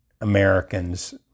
Americans